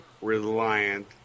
reliant